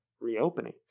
reopening